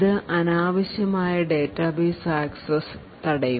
ഇത് അനാവശ്യമായ database access തടയും